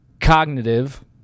cognitive